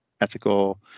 ethical